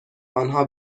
آنها